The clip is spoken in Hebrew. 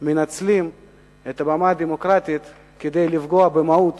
מנצלים את הבמה הדמוקרטית כדי לפגוע במהות